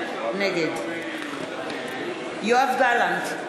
נגד יואב גלנט,